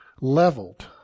leveled